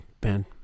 Ben